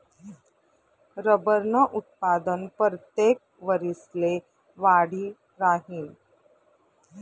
रबरनं उत्पादन परतेक वरिसले वाढी राहीनं